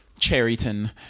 Cherryton